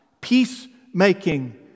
Peacemaking